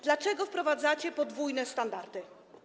Dlaczego wprowadzacie podwójne standardy?